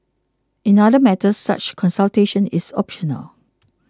in other matters such consultation is optional